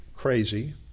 crazy